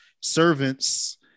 servants